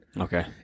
Okay